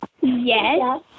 Yes